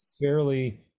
fairly